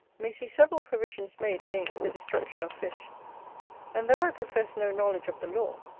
may see several provisions made against the destruction of fish and though i profess no knowledge of the law,